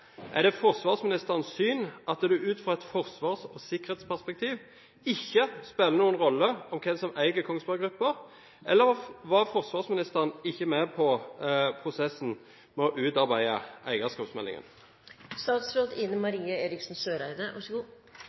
Er det forsvarsministerens syn at det ut fra et forsvars- og sikkerhetsperspektiv ikke spiller noen rolle hvem som eier Kongsberg Gruppen, eller var forsvarsministeren ikke med på prosessen med å utarbeide